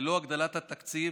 ללא הגדלת התקציב